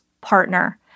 partner